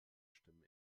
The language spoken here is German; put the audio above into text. stimmen